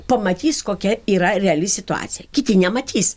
pamatys kokia yra reali situacija kiti nematys